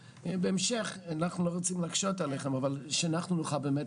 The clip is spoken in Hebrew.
בהמשך אנחנו לא רוצים להקשות עליכם אבל שאנחנו נוכל באמת